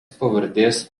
pavardės